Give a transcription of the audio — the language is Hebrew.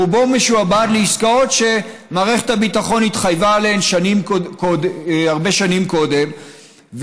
רובו משועבד לעסקאות שמערכת הביטחון התחייבה עליהן הרבה שנים קודם,